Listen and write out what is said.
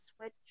switch